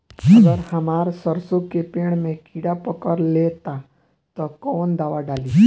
अगर हमार सरसो के पेड़ में किड़ा पकड़ ले ता तऽ कवन दावा डालि?